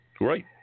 Right